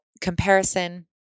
comparison